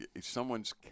someone's